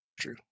True